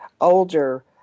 older